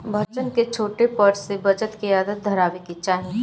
बच्चन के छोटे पर से बचत के आदत धरावे के चाही